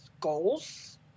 goals